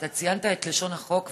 אתה ציינת את לשון החוק,